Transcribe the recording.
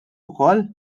ukoll